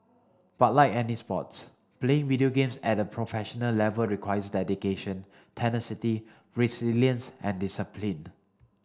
but like any sports playing video games at a professional level requires dedication tenacity resilience and discipline